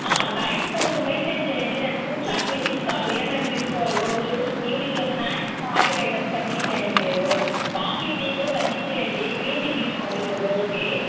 ఆ డైట్ కొంచెం మెయింటైన్ చెయ్యండి నేను ఫుడ్ చార్ట్ మీకు ఇస్తాను ఏం ఏం తీసుకోవాలో రోజు ఈవెనింగ్లో స్నాక్స్లో ఆయిల్ ఐటమ్స్ తగ్గించెయ్యండి మీరు కాఫీ టీ కూడా తగ్గించెయ్యండి గ్రీన్ టీ తీసుకోండి కొద్ది రోజులకి